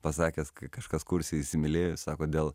pasakęs kažkas kurse įsimylėjo sako dėl